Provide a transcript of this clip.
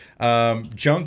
junk